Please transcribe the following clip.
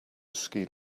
ski